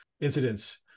incidents